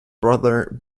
brother